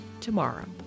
tomorrow